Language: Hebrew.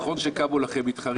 נכון שקמו לכם מתחרים,